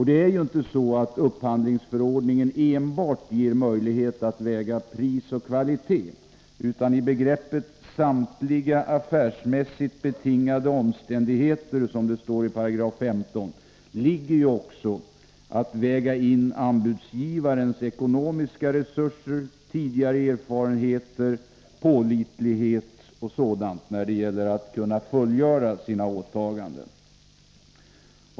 Det är inte så att upphandlingsförordningen enbart ger möjlighet att väga in pris och kvalitet, utan i begreppet ”samtliga affärsmässigt betingade omständigheter”, som det står i 15 §, ligger också att man skall kunna väga in anbudsgivarens ekonomiska resurser, tidigare erfarenheter, pålitlighet och annat när det gäller hans möjligheter att fullgöra åtagandena.